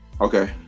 Okay